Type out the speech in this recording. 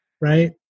right